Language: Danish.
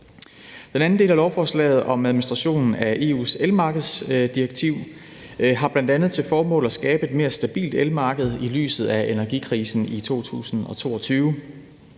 Den anden del af lovforslaget om administrationen af EU's elmarkedsdirektiv har bl.a. til formål at skabe et mere stabilt elmarked i lyset af energikrisen i 2022.